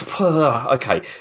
okay